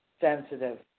sensitive